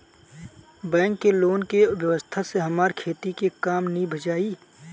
bank के loan के व्यवस्था से हमार खेती के काम नीभ जाई